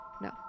No